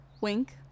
Wink